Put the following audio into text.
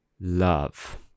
love